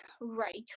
right